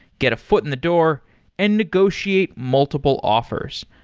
get a foot in the door and negotiate multiple offers.